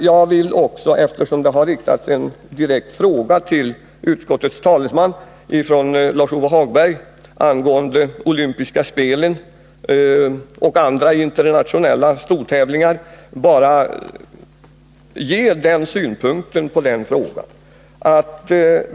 Låt mig också, eftersom Lars-Ove Hagberg har riktat en direkt fråga till utskottets talesman angående de olympiska spelen och andra internationella stortävlingar, anföra en synpunkt.